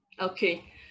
Okay